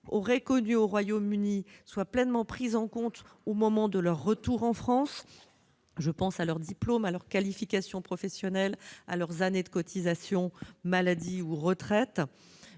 passée au Royaume-Uni soit pleinement prise en compte au moment de leur retour en France. Je pense à leurs diplômes, à leurs qualifications professionnelles, à leurs années de cotisations maladie ou retraite.